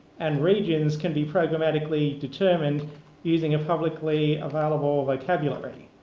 and regions can be programmatically determined using a publicly available vocabulary.